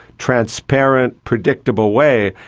transparent, predictable way,